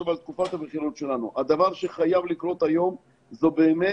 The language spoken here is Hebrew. ועל תקופת הבחירות שלנו הדבר שחייב לקרות היום זו באמת